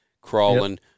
crawling